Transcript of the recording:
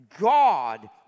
God